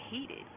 heated